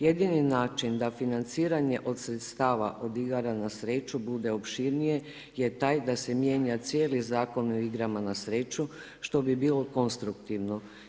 Jedini način da financiranje od sredstava od igra na sreću bude opširnije je taj da se mijenja cijeli Zakon o igrama na sreću, što bi bilo konstruktivno.